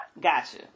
Gotcha